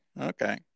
okay